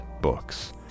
Books